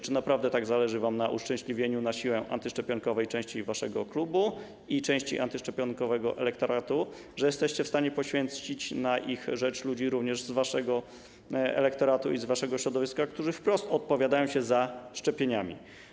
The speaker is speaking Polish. Czy naprawdę tak zależy wam na uszczęśliwieniu na siłę antyszczepionkowej części waszego klubu i części antyszczepionkowego elektoratu, że jesteście w stanie poświęcić na ich rzecz ludzi również z waszego elektoratu i z waszego środowiska, którzy wprost opowiadają się za szczepieniami?